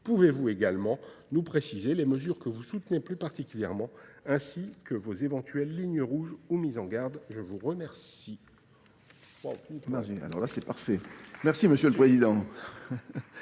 Pouvez-vous également nous préciser les mesures que vous soutenez plus particulièrement ainsi que vos éventuelles lignes rouges ou mise en garde. Je vous remercie. Merci. Merci.